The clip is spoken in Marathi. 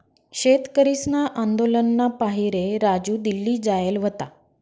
शेतकरीसना आंदोलनना पाहिरे राजू दिल्ली जायेल व्हता